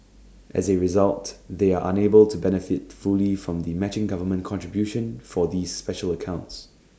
as A result they are unable to benefit fully from the matching government contribution for these special accounts